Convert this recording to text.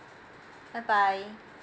bye bye